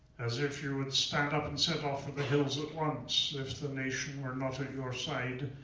as if you would stand up and set off for the hills at once if the nation were not at your side,